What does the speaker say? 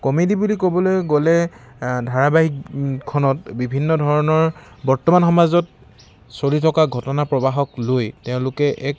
comedy বুলি ক'বলৈ গ'লে ধাৰাবাহিকখনত বিভিন্ন ধৰণৰ বৰ্তমান সমাজত চলি থকা ঘটনা প্ৰবাহক লৈ তেওঁলোকে এক